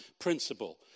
principle